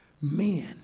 men